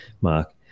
Mark